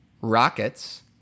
Rockets